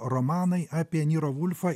romanai apie niro volfą